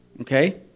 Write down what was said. okay